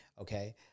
Okay